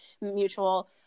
Mutual